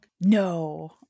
No